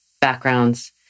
backgrounds